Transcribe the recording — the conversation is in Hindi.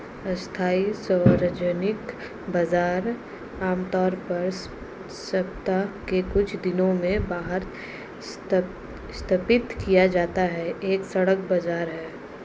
अस्थायी सार्वजनिक बाजार, आमतौर पर सप्ताह के कुछ दिनों में बाहर स्थापित किया जाता है, एक सड़क बाजार है